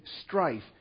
strife